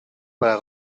para